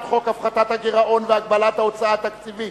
חוק הפחתת הגירעון והגבלת ההוצאה התקציבית